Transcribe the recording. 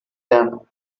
them